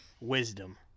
Wisdom